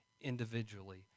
individually